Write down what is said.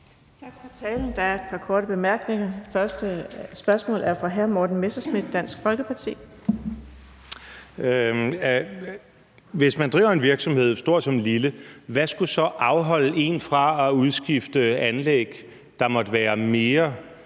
Tak for talen. Der er et par korte bemærkninger. Det første spørgsmål er fra hr. Morten Messerschmidt, Dansk Folkeparti. Kl. 15:52 Morten Messerschmidt (DF): Hvis man driver en virksomhed – stor som lille – hvad skulle så afholde en fra at udskifte anlæg, der måtte være mere